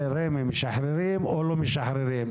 אם רמ"י משחררת או לא משחררת.